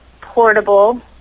portable